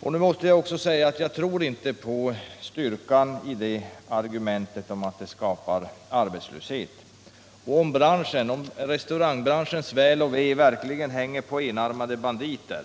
Jag måste säga att jag inte tror på det argumentet. Och om restaurangbranschens väl och ve hänger på enarmade banditer,